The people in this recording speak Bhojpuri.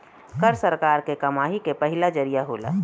कर सरकार के कमाई के पहिला जरिया होला